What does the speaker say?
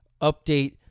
update